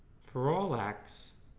for all x,